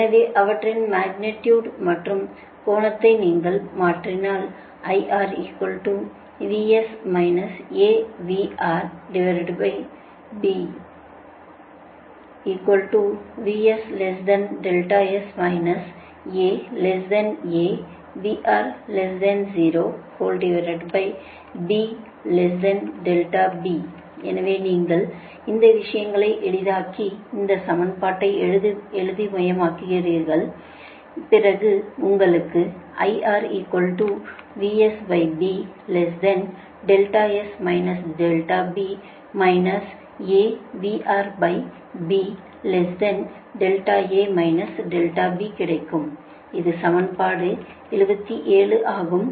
எனவே அவற்றின் மக்னிடியுடு மற்றும் கோணத்தை நீங்கள் மாற்றினால் எனவே நீங்கள் இந்த விஷயங்களை எளிதாக்கி இந்த சமன்பாட்டை எளிமையாக்குகிறீர்கள் பிறகு உங்களுக்கு கிடைக்கும் இது சமன்பாடு 77 ஆகும்